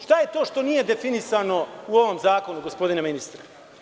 Šta je to što nije definisano u ovom zakonu gospodine ministre?